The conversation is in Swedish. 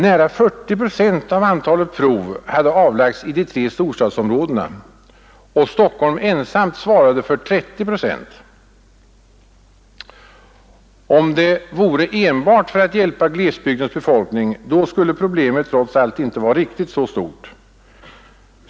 Nära 40 procent av antalet prov har avlagts i de tre storstadsområdena, och Stockholm ensamt svarar för 30 procent. Om det vore enbart för att hjälpa glesbygdens befolkning, då skulle problemet trots allt inte vara riktigt så stort.